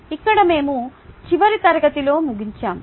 ఇక్కడే మేము చివరి తరగతిలో ముగించాము